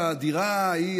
בדירה ההיא,